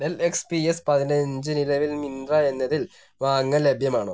del X P S പതിനഞ്ച് നിലവിൽ മിന്ത്ര എന്നതിൽ വാങ്ങാൻ ലഭ്യമാണോ